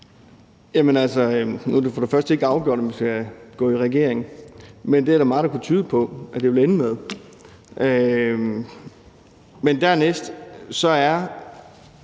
det er der meget der kan tyde på at det vil ende med. Men for det andet